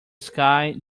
sky